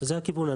זה הכיוון,